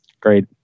great